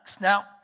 Now